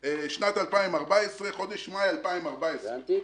חודש מאי 2014. ענתיקה.